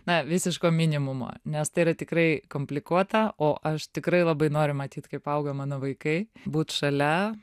na visiško minimumo nes tai yra tikrai komplikuota o aš tikrai labai noriu matyt kaip auga mano vaikai būt šalia